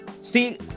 see